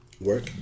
Work